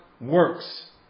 Works